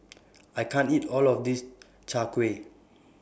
I can't eat All of This Chai Kuih